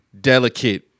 delicate